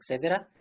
etc.